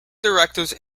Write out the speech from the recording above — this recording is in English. directors